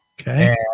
Okay